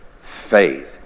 faith